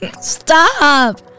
Stop